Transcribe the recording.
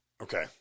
Okay